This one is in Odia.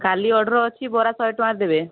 କାଲି ଅର୍ଡ଼ର ଅଛି ବରା ଶହେ ଟଙ୍କାର ଦେବେ